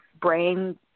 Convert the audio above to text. brain